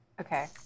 Okay